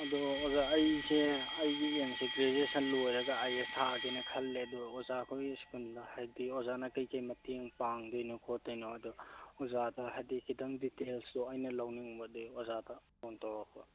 ꯑꯗꯣ ꯑꯣꯖꯥ ꯑꯩꯁꯦ ꯑꯩꯒꯤ ꯑꯦꯝꯁꯦ ꯒ꯭ꯔꯦꯖꯨꯌꯦꯁꯟ ꯂꯣꯏꯔꯒ ꯑꯥꯏ ꯑꯦꯁ ꯊꯥꯒꯦꯅ ꯈꯜꯂꯦ ꯑꯗꯣ ꯑꯣꯖꯥ ꯈꯣꯏ ꯁ꯭ꯀꯨꯜꯗ ꯍꯥꯏꯕꯗꯤ ꯑꯣꯖꯥꯅ ꯀꯔꯤ ꯀꯔꯤ ꯃꯇꯦꯡ ꯄꯥꯡꯗꯣꯏꯅꯣ ꯈꯣꯠꯇꯣꯏꯅꯣ ꯑꯗꯨ ꯑꯣꯖꯥꯗ ꯍꯥꯏꯕꯗꯤ ꯈꯤꯇꯪ ꯗꯤꯇꯦꯜꯁꯇꯣ ꯑꯩꯅ ꯂꯧꯅꯤꯡꯕ ꯑꯗꯨꯒꯤ ꯑꯣꯖꯥꯗ ꯐꯣꯟ ꯇꯧꯔꯛꯄ